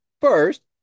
First